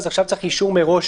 לכן עכשיו צריך אישור מראש